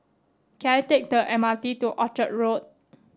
can I take the M R T to Orchard Road